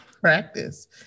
practice